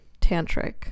tantric